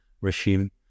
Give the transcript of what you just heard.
regime